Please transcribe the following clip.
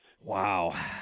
Wow